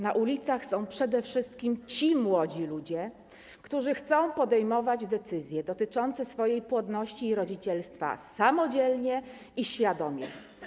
Na ulicach są przede wszystkim ci młodzi ludzie, którzy chcą podejmować decyzje dotyczące swojej płodności i rodzicielstwa samodzielnie i świadomie.